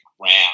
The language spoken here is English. ground